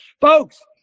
Folks